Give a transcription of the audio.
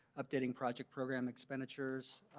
updat ing project program expenditures.